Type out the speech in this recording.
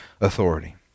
authority